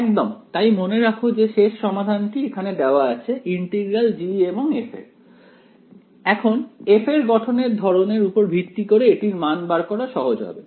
একদমতাই মনে রাখ যে শেষ সমাধানটি এখানে দেওয়া আছে ইন্টিগ্রাল G এবং F এর এখন f এর গঠনের ধরনের উপর ভিত্তি করে এটির মান বার করা সহজ হবে